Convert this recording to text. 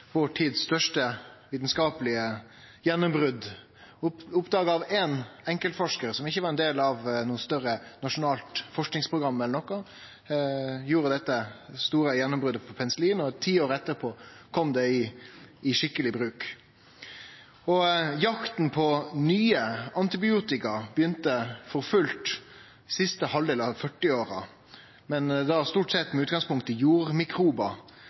vår tids største vitskapelege gjennombrot – oppdaga av ein enkeltforskar som ikkje var del av noko større nasjonalt forskingsprogram. Han gjorde dette store gjennombrotet for penicillin. Ti år etter kom det i vanleg bruk. Jakta på nye antibiotikum begynte for fullt i siste halvdelen av 1940-åra. Det var stort sett med